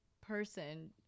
person